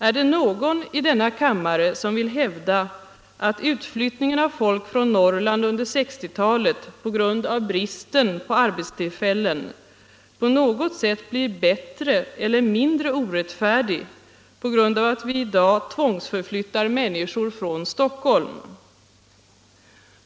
Är det någon i denna kammare som vill hävda att utflyttningen av folk från Norrland under 1960-talet på grund av bristen på arbetstillfällen på något sätt blir bättre eller mindre orättfärdig på grund av att man i dag tvångsförflyttar människor från Stockholm?